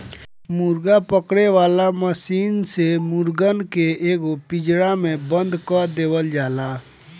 मुर्गा पकड़े वाला मशीन से मुर्गन के एगो पिंजड़ा में बंद कअ देवल जाला